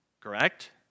Correct